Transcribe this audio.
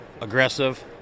aggressive